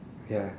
ya